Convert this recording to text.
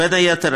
בין היתר,